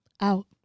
out